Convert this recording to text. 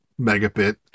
megabit